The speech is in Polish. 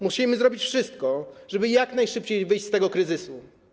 Musimy zrobić wszystko, żeby jak najszybciej wyjść z tego kryzysu.